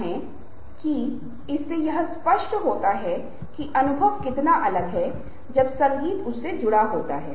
रवैया जब हम बात करते हैं तो हमें आक्रामकता सबमिशन जुनून श्रेष्ठता जैसी चीजों के बारे में कहना पड़ता है यह भी आवाज में दिखाई देती है